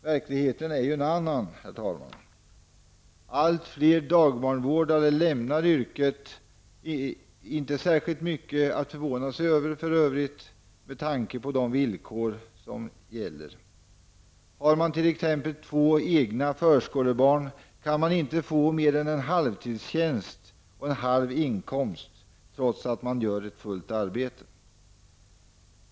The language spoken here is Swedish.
Verkligheten är, herr talman, en annan. Allt fler dagbarnvårdare lämnar yrket. Det är inte särskilt mycket att förvåna sig över med tanke på de villkor som gäller för dem. Har man t.ex. två egna förskolebarn kan man inte få mer än en halvtidstjänst och en halv inkomst, trots att man utför ett heltidsarbete.